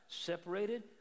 separated